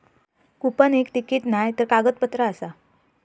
coupon एक ticket नायतर कागदपत्र आसा